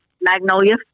magnolia